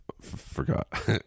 forgot